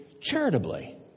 charitably